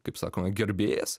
kaip sakoma gerbėjas